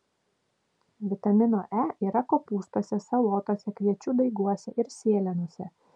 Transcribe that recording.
vitamino e yra kopūstuose salotose kviečių daiguose ir sėlenose